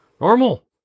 Normal